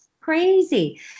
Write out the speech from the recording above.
crazy